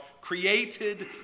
created